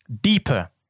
deeper